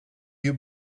you